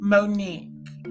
Monique